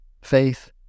faith